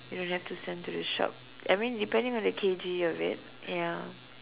you don't have to send to the shop I mean depending on the K_G of it ya